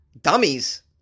Dummies